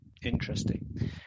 Interesting